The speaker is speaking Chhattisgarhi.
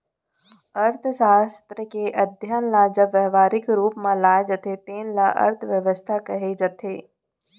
अर्थसास्त्र के अध्ययन ल जब ब्यवहारिक रूप म लाए जाथे तेन ल अर्थबेवस्था कहे जाथे